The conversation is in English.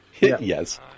Yes